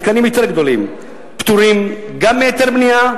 מתקנים יותר גדולים פטורים גם מהיתר בנייה,